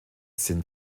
sind